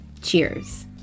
cheers